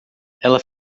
ela